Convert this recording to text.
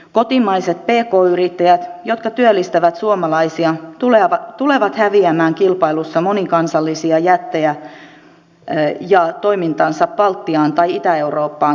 kotimaiset pk yrittäjät jotka työllistävät suomalaisia tulevat häviämään kilpailussa monikansallisia jättejä ja toimintaansa baltiaan tai itä eurooppaan siirtäneitä vastaan